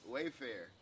Wayfair